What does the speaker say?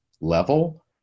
level